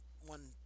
one